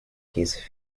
his